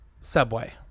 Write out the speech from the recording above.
Subway